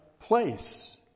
place